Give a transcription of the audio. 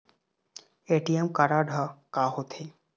ATM card हा का होते?